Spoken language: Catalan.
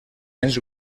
ens